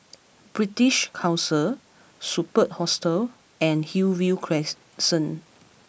British Council Superb Hostel and Hillview Crescent